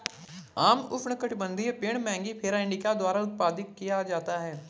आम उष्णकटिबंधीय पेड़ मैंगिफेरा इंडिका द्वारा उत्पादित किया जाता है